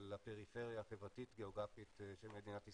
על הפריפריה החברתית והגיאוגרפית של מדינת ישראל.